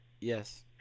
Yes